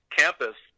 campus